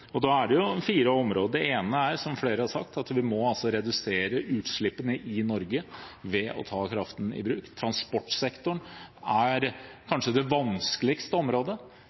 nå. Da er det fire områder, hvor det ene er, som flere har sagt, at vi må redusere utslippene i Norge ved å ta kraften i bruk. Transportsektoren er kanskje det vanskeligste området,